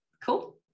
Cool